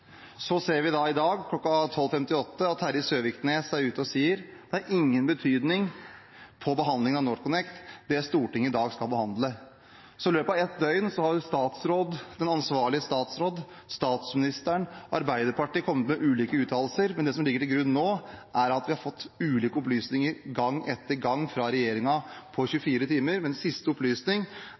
Så var Terje Søviknes i dag kl. 12.58 ute og sa at det som Stortinget i dag skal behandle, har ingen betydning for behandlingen av NorthConnect. Så i løpet av ett døgn har den ansvarlige statsråden, statsministeren og Arbeiderpartiet kommet med ulike uttalelser. Det som ligger til grunn nå, er at vi på 24 timer gang etter gang har fått ulike opplysninger fra regjeringen. Men den siste